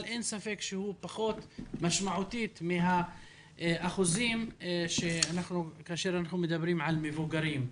אין ספק שהוא משמעותית פחות מהאחוזים כאשר אנחנו מדברים על מבוגרים.